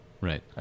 Right